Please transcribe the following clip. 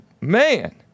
man